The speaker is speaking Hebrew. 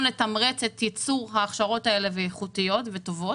לתמרץ את ייצור ההכשרות האלה שיהיו איכותיות וטובות.